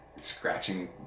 scratching